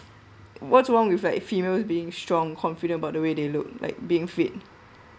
what's wrong with like females being strong confident about the way they look like being fit